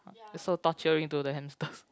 is so torturing to the hamsters